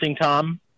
Tom